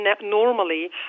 normally